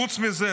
חוץ מזה,